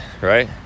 right